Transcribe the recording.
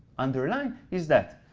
underline is that